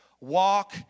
walk